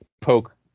poke